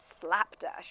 slapdash